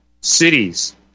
cities